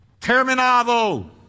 terminado